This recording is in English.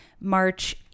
march